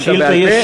שאילת, ה בעל-פה,